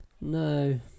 no